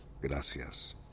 Gracias